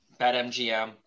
BetMGM